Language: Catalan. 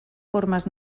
formes